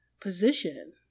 position